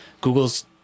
Google's